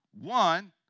one